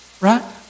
Right